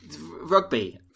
Rugby